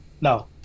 No